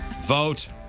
Vote